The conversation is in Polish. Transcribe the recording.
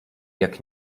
jak